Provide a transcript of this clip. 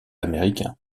américain